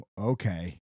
okay